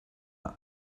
that